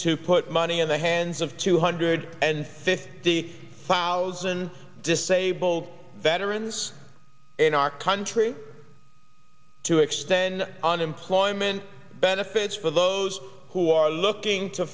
to put money in the hands of two hundred and fifty thousand disabled veterans in our country to extend unemployment benefits for those who are looking to